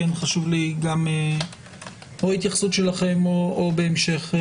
חשוב לי גם התייחסותכם כעת או בהמשך.